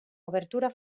obertura